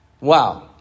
Wow